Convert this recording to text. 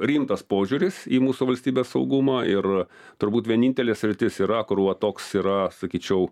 rimtas požiūris į mūsų valstybės saugumą ir turbūt vienintelė sritis yra kur va toks yra sakyčiau